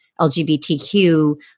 LGBTQ